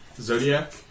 Zodiac